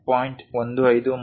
15 minus 0